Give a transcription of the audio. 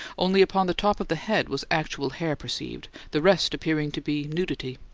only upon the top of the head was actual hair perceived, the rest appearing to be nudity.